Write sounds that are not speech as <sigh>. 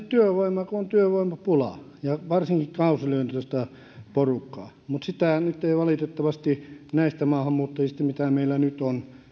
<unintelligible> työvoimaa kun on työvoimapula ja varsinkin kausiluontoista porukkaa mutta sitä nyt ei valitettavasti tule näistä maahanmuuttajista mitä meillä nyt on